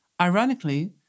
Ironically